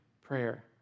prayer